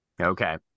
Okay